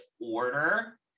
order